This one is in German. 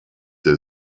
der